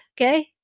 okay